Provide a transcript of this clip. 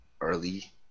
early